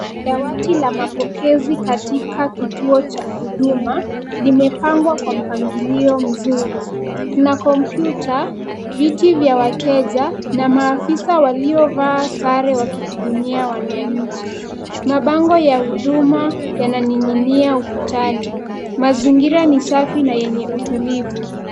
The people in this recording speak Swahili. Dawati la mapokezi katika kituo cha huduma imepangwa kwa mpangilio mzuri, kuna kompyuta, viti vya wateja na maafisa waliovaa sare wakihudumia wananchi. Mabango ya huduma yananing'inia ukutani. Mazingira ni safi na yenye utulivu.